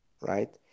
right